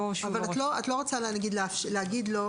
אבל לא תמיד יש מוסד,